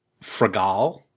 Fragal